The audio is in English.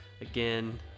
Again